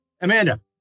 Amanda